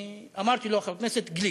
אני אמרתי לו: חבר הכנסת גליק.